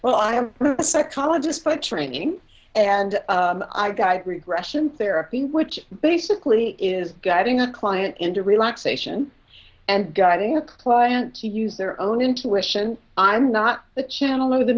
well i am a psychologist by training and i got regression therapy which basically is guiding a client into relaxation and guiding a client to use their own intuition i'm not the channel of the